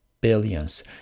billions